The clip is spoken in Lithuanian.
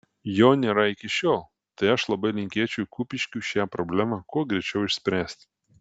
jo nėra iki šiol tai aš labai linkėčiau kupiškiui šią problemą kuo greičiau išspręsti